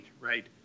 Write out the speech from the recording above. right